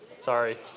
Sorry